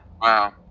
Wow